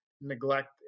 neglect